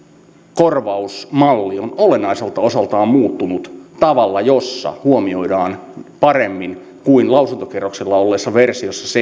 korvausmalli on olennaiselta osaltaan muuttunut tavalla jossa huomioidaan paremmin kuin lausuntokierroksella olleessa versiossa